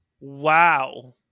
wow